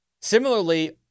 Similarly